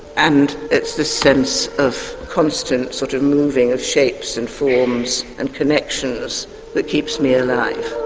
and it's this sense of constant sort of moving of shapes and forms and connections that keeps me alive.